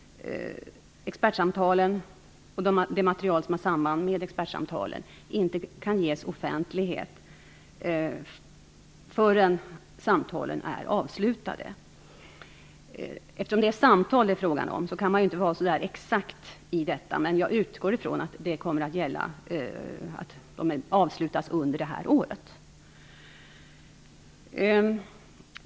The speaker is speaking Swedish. Expertsamtalen och det material som har samband med dem kan inte ges offentlighet förrän samtalen är avslutade. Eftersom det är samtal det är fråga om kan man inte vara så exakt i bedömningen. Jag utgår dock från att de kommer att avslutas under detta år.